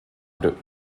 group